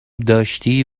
داشتی